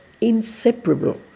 inseparable